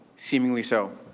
seemingly so.